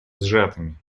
сжатыми